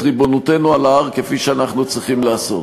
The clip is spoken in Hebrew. ריבונותנו על ההר כפי שאנחנו צריכים לעשות.